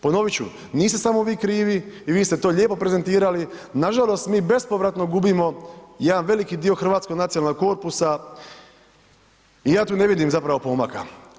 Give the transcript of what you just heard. Ponovit ću, niste samo vi krivi i vi ste to lijepo prezentirali, nažalost, mi bespovratno gubimo jedan veliki dio hrvatskog nacionalnog korpusa i ja tu ne vidim zapravo pomaka.